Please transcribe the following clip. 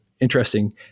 interesting